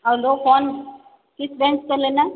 hello कौन किस bank से लेना है